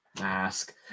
Mask